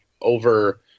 over